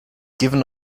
given